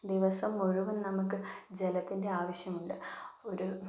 ദിവസം മുഴുവന് നമുക്ക് ജലത്തിന്റെ ആവശ്യമുണ്ട് ഒരു